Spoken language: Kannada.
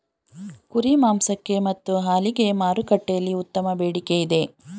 ಕುರಿ ಮಾಂಸಕ್ಕೆ ಮತ್ತು ಹಾಲಿಗೆ ಮಾರುಕಟ್ಟೆಯಲ್ಲಿ ಉತ್ತಮ ಬೇಡಿಕೆ ಇದೆ